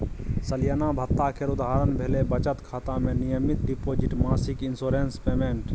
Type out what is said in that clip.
सलियाना भत्ता केर उदाहरण भेलै बचत खाता मे नियमित डिपोजिट, मासिक इंश्योरेंस पेमेंट